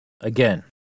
again